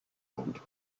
port